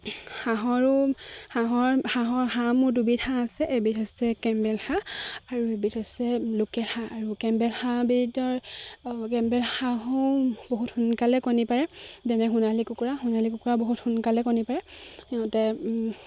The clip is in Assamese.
হাঁহৰো হাঁহ মোৰ দুবিধ হাঁহ আছে এবিধ হৈছে কেম্বেল হাঁহ আৰু এবিধ হৈছে লোকেল হাঁহ আৰু কেম্বেল হাঁহবিধৰ কেম্বেল হাঁহো বহুত সোনকালে কণী পাৰে যেনে সোণালী কুকুৰা সোণালী কুকুৰা বহুত সোনকালে কণী পাৰে সিহঁতে